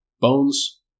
Bones